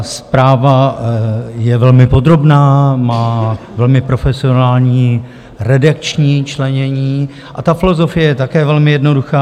Zpráva je velmi podrobná, má velmi profesionální redakční členění a ta filozofie je také velmi jednoduchá.